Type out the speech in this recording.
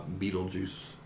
Beetlejuice